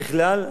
ככלל,